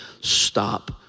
stop